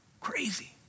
crazy